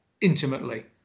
intimately